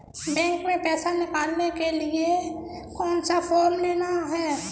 Bank में पैसा निकालने के लिए कौन सा फॉर्म लेना है?